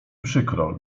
przykro